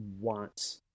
want